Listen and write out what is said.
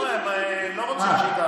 לא, הם לא רוצים שהיא תעבור.